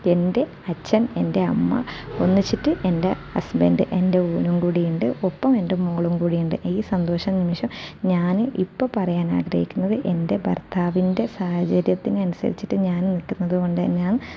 എൻ്റെ അച്ഛൻ എൻ്റെ അമ്മ ഒന്നിച്ചിട്ട് എൻ്റെ ഹസ്ബന്റ് എൻ്റെ ഓനും കൂടിയുണ്ട് ഒപ്പം എൻ്റെ മോളും കൂടിയുണ്ട് ഈ സന്തോഷ നിമിഷം ഞാൻ ഇപ്പോൾ പറയാൻ ആഗ്രഹിക്കുന്നത് എൻ്റെ ഭർത്താവിൻ്റെ സാഹചര്യത്തിന് അനുസരിച്ചിട്ട് ഞാനും നിൽക്കുന്നതുകൊണ്ട് തന്നെയാണ്